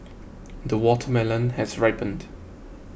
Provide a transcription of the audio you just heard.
the watermelon has ripened